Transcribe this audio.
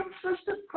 consistent